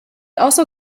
also